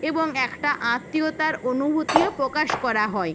এবং একটা আত্মীয়তার অনুভূতিও প্রকাশ করা হয়